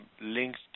linked